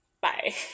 Bye